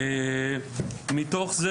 מתוך כך,